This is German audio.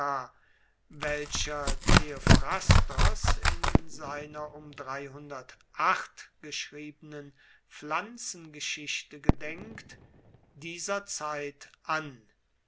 welcher theophrastos in seiner um geschriebenen pflanzengeschichte gedenkt dieser zeit an